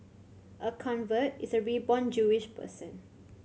a convert is a reborn Jewish person